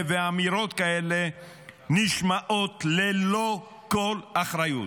ואמירות כאלה נשמעים ללא כל אחריות.